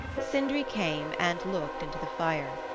sindri came and looked into the fire.